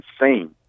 insane